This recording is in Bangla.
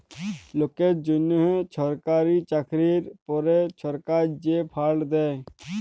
লকের জ্যনহ ছরকারি চাকরির পরে ছরকার যে ফাল্ড দ্যায়